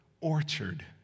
orchard